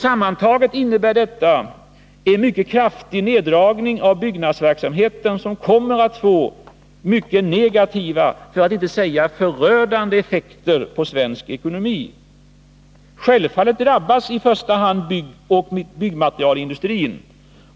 Sammantaget innebär det här en mycket kraftig neddragning av byggnads verksamheten, som kommer att få mycket negativa för att inte säga förödande effekter på svensk ekonomi. Självfallet drabbas i första hand byggoch byggmaterialindustrin.